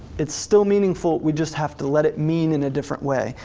it's still meaningful, we just have to let it mean in a different way.